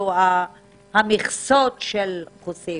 המכסות של החוסים.